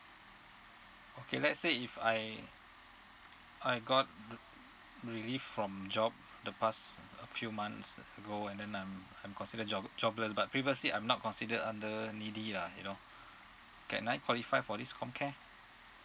okay let's say if I I got relieved from job the past uh few months ago and then I'm I'm considered job~ jobless but previously I'm not consider under needy lah you know can I qualify for this comcare